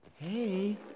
Hey